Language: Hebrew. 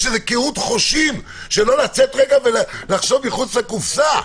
יש איזה קהות חושים שלא לצאת לרגע ולחשוב מחוץ לקופסה.